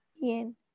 Bien